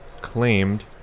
claimed